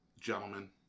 gentlemen